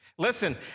Listen